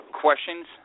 questions